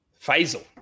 Faisal